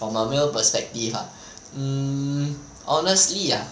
from a male perspective ah mm honestly ah